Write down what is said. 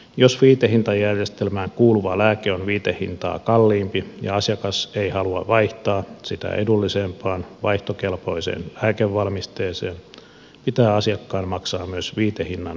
jos viitehintajärjestelmään kuuluva lääke on viitehintaa kalliimpi ja asiakas ei halua vaihtaa sitä edullisempaan vaihtokelpoiseen lääkevalmisteeseen pitää asiakkaan maksaa myös viitehinnan ylittävä osuus